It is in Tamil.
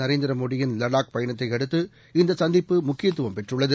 நரேந்திரமோடியின் லடாக் பயணத்தையடுத்து இந்தசந்திப்பு முக்கியத்துவம் பெற்றுள்ளது